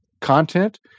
content